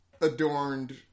adorned